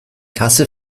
tasse